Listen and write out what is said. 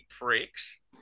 pricks